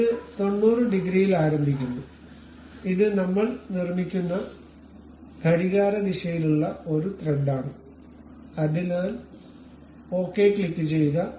ഇത് 90 ഡിഗ്രിയിൽ ആരംഭിക്കുന്നു ഇത് നമ്മൾ നിർമ്മിക്കുന്ന ഘടികാരദിശയിലുള്ള ഒരു ത്രെഡാണ് അതിനാൽ ഓക്കേ ക്ലിക്കുചെയ്യുക